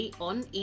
on